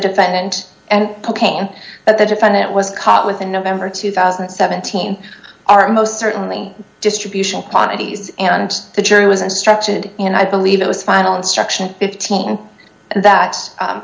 defendant and cocaine that the defendant was caught with in november two thousand and seventeen are most certainly distribution parties and the jury was instructed and i believe it was final instruction fifteen that